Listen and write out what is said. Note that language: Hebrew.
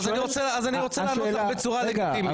אני רוצה לענות לך בצורה לגיטימית,